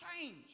change